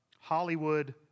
Hollywood